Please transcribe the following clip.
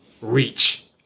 reach